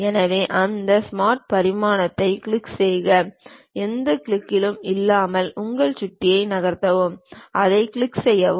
எனவே அந்த ஸ்மார்ட் பரிமாணத்தைக் கிளிக் செய்க எந்த கிளிக்கிலும் இல்லாமல் உங்கள் சுட்டியை நகர்த்தவும் அதைக் கிளிக் செய்யவும்